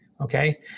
Okay